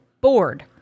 board